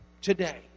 Today